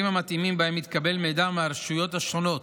המתאימים שבהם מתקבל מידע מהרשויות השונות